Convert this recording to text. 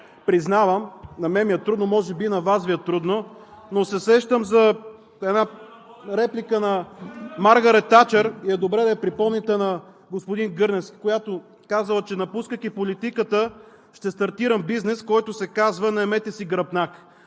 Признавам, на мен ми е трудно, може би и на Вас Ви е трудно. Но се сещам за една реплика на Маргарет Тачър, и е добре да я припомните на господин Гърневски, която казала, че напускайки политиката, ще стартира бизнес, който се казва „Наемете си гръбнак.“